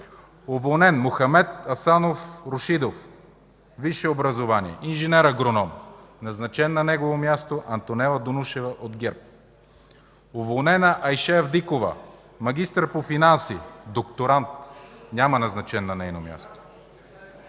уволнен Мохамед Асанов Рушидов, висше образование – инженер-агроном, назначена на негово място Антонела Донушева от ГЕРБ; - уволнена Айше Авдикова, магистър по финанси, докторант, няма назначен на нейно място;